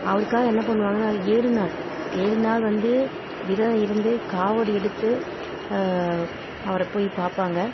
அவருக்காக என்ன பண்ணுவாங்கன்னா ஏழு நாள் ஏழு நாள் வந்து விரதம் இருந்து காவடி எடுத்து அவரை போய் பார்ப்பாங்க